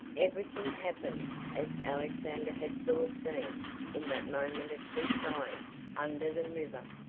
everything happened as alexander had foreseen in that moment of prescience under the river.